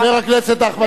חבר הכנסת אחמד טיבי,